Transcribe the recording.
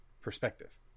perspective